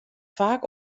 faak